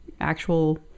actual